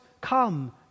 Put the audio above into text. come